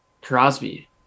Crosby